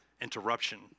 interruption